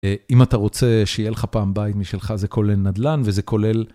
אם אתה רוצה שיהיה לך פעם בית משלך, זה כולל נדל"ן וזה כולל...